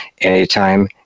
anytime